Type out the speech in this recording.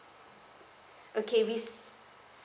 okay we